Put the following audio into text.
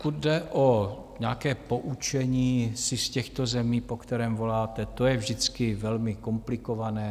Pokud jde o nějaké poučení se z těchto zemí, po kterém voláte, to je vždycky velmi komplikované.